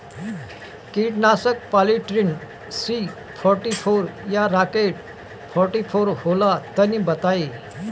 कीटनाशक Polytrin C forty four या rocket forty four होला तनि बताई?